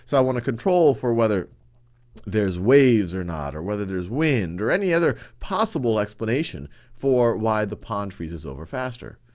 so i want a control for whether there's waves or not or whether there's wind or any other possible explanation for why the pond freezes over faster.